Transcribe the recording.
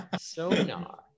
Sonar